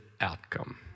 outcome